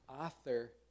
author